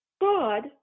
God